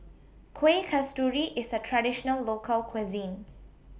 Kueh Kasturi IS A Traditional Local Cuisine